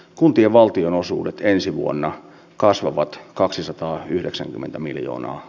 kuntien valtionosuudet ensi vuonna kasvavat kaksisataayhdeksänkymmentä miljoonan